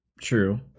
True